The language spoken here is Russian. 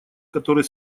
который